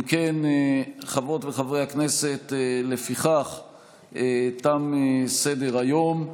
אם כן, חברות וחברי הכנסת, תם סדר-היום,